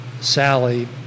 Sally